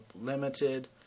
limited